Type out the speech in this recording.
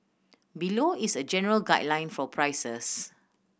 below is a general guideline for prices